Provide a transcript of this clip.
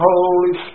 Holy